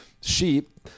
sheep